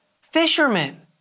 fishermen